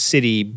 city